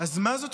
מביאים לפה